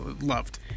loved